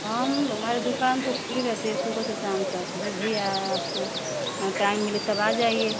हम हमारी दुकान तो खुली रहती है सुबह से शाम तक जब भी आपको टाइम मिले तो आ जाइए